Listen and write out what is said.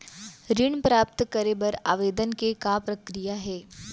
ऋण प्राप्त करे बर आवेदन के का प्रक्रिया हे?